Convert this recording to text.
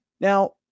now